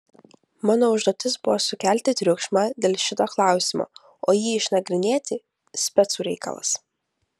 mano užduotis buvo sukelti triukšmą dėl šito klausimo o jį išnagrinėti specų reikalas